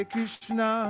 Krishna